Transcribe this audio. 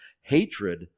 Hatred